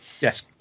Yes